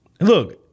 Look